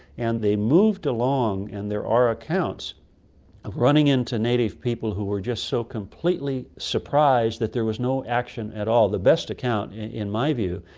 and they they moved along and there are accounts of running into native people who were just so completely surprised that there was no action at all. the best account, in my view,